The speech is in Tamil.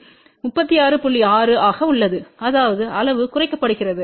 6 ஆக உள்ளது அதாவது அளவு குறைக்கப்படுகிறது